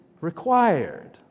required